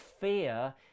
fear